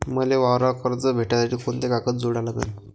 मले वावरावर कर्ज भेटासाठी कोंते कागद जोडा लागन?